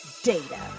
Data